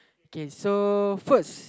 okay so first